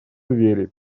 двери